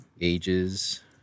ages